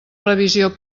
revisió